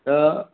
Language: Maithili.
तऽ